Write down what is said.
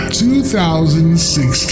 2016